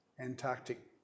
Antarctic